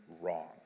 wrong